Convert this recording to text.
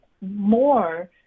more